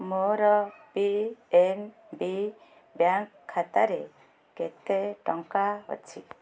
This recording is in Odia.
ମୋର ପି ଏନ୍ ବି ବ୍ୟାଙ୍କ ଖାତାରେ କେତେ ଟଙ୍କା ଅଛି